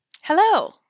Hello